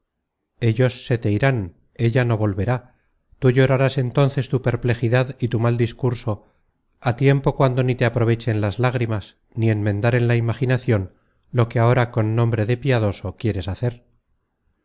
ellos se te irán ella no volverá tú llorarás entonces tu perplejidad y tu mal discurso á tiempo cuando ni te aprovechen las lágrimas ni enmendar en la imaginacion lo que ahora con nombre de piadoso quieres hacer